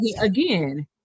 Again